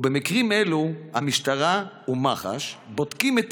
ובמקרים אלו המשטרה ומח"ש בודקים את